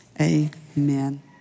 amen